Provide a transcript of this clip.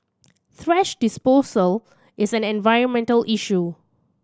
thrash disposal is an environmental issue